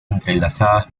entrelazadas